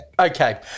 Okay